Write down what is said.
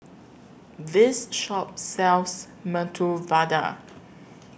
This Shop sells Medu Vada